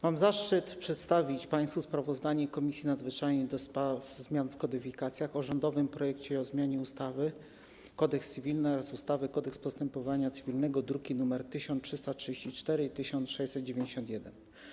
Mam zaszczyt przedstawić państwu sprawozdanie Komisji Nadzwyczajnej do spraw zmian w kodyfikacjach o rządowym projekcie ustawy o zmianie ustawy - Kodeks cywilny oraz ustawy - Kodeks postępowania cywilnego, druki nr 1344 i 1691.